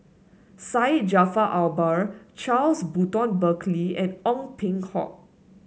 Syed Jaafar Albar Charles Burton Buckley and Ong Peng Hock